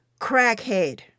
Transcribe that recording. crackhead